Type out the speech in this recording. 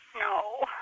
No